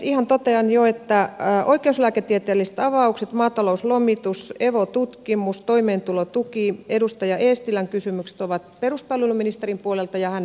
ihan totean jo että oikeuslääketieteelliset avaukset maatalouslomitus evo tutkimus toimeentulotuki edustaja eestilän kysymykset ovat peruspalveluministerin puolelta ja hän vastaa niihin